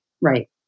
Right